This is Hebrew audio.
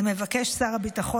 מבקש שר הביטחון,